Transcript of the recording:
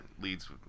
leads